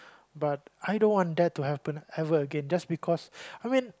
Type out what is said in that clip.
but I don't want that to happen ever again just because I mean